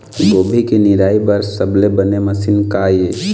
गोभी के निराई बर सबले बने मशीन का ये?